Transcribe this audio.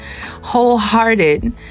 wholehearted